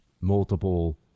multiple